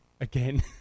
Again